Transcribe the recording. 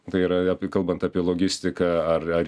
tai yra apie kalbant apie logistiką ar ar